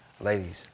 ladies